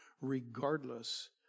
regardless